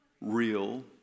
real